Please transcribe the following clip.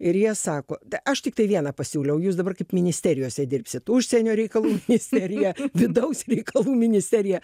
ir jie sako tai aš tiktai vieną pasiūliau jūs dabar kaip ministerijose dirbsit užsienio reikalų ministerija vidaus reikalų ministerija